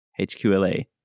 hqla